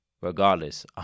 Regardless